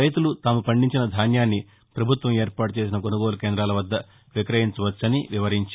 రైతులు తాము పండించిన ధాన్యాన్ని పభుత్వం ఏర్పాటు చేసిన కొనుగోలు కేందాల వద్ద విక్రయించవచ్చని వివరించారు